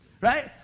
right